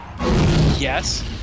Yes